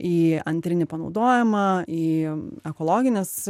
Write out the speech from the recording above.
į antrinį panaudojimą į ekologines